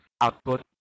output